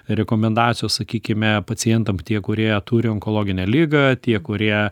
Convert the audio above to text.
rekomendacijos sakykime pacientam tie kurie turi onkologinę ligą tie kurie